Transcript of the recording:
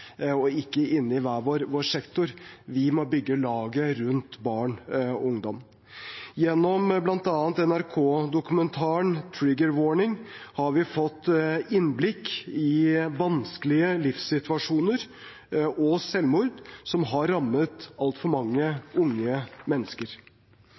og ikke inne i hver vår sektor. Vi må bygge laget rundt barn og ungdom. Gjennom bl.a. NRK-dokumentaren Trigger Warning har vi fått innblikk i vanskelige livssituasjoner og selvmord, som har rammet altfor